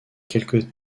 quelques